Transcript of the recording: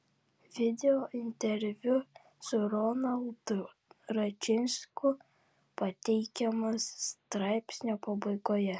video interviu su ronaldu račinsku pateikiamas straipsnio pabaigoje